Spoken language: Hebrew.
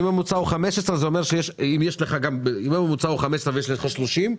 אם הממוצע הוא 15 שקלים ויש לך גם תמרים שנמכרים ב-30 שקלים,